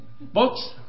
Books